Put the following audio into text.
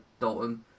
Dalton